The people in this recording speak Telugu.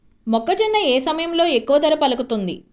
మొక్కజొన్న ఏ సమయంలో ఎక్కువ ధర పలుకుతుంది?